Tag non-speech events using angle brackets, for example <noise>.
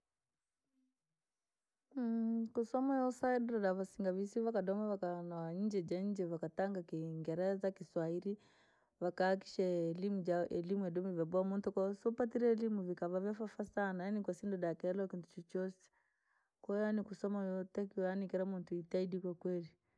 <noise> <hesitation> kusoma koosaidira vasinga visu vadire vakadoma na nchi jaa nje vakatanga kingereza, kiswairi, vakahakikisha elimu ja elimu yadomire vyabowa muntu koo usupatire elimu yakavovafa sana yani kusina da kero kintu chochosi, koo yani kusoma yotakiwa yaani kila muntu itahidi kwakweli.